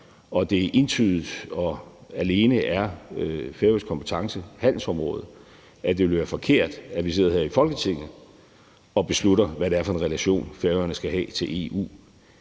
alene og entydigt er færøsk kompetence, at det ville være forkert, at vi sidder her i Folketinget og beslutter, hvad det er for en relation, Færøerne skal have til EU.